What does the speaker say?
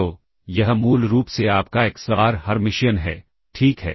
तो यह मूल रूप से आपका एक्सबार हर्मिशियन है ठीक है